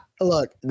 look